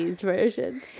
version